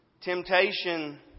Temptation